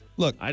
Look